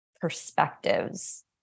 perspectives